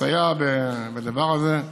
תסייע בדבר הזה,